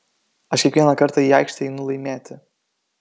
aš kiekvieną kartą į aikštę einu laimėti